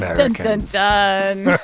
dun dun dun